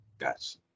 Yes